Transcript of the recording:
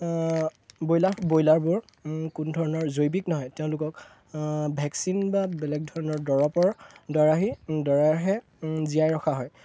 broiler বইলাৰবোৰ কোনো ধৰণৰ জৈৱিক নহয় তেওঁলোকক ভেকচিন বা বেলেগ ধৰণৰ দৰবৰদ্বাৰাহে দ্বাৰাহে জীয়াই ৰখা হয়